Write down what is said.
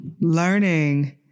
learning